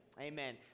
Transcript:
Amen